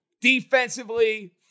defensively